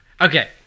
Okay